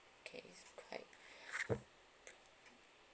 okay right